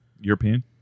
European